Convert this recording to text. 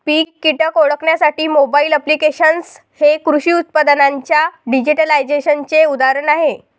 पीक कीटक ओळखण्यासाठी mobile applications हे कृषी उत्पादनांच्या डिजिटलायझेशनचे उदाहरण आहे